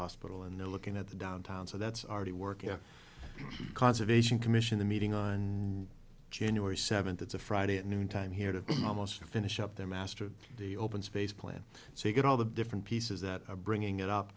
hospital and they're looking at the downtown so that's already working conservation commission the meeting on january seventh it's a friday at noontime here to almost finish up their master of the open space plan so you get all the different pieces that are bringing it up